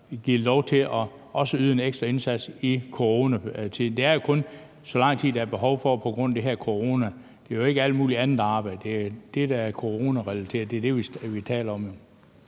efterlønnere til at yde en ekstra indsats i den her coronatid. Det er jo kun, så lang tid der er behov for det på grund af det her corona. Det er jo ikke alt muligt andet arbejde. Det er det, der er coronarelateret, vi taler om.